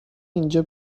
اینجا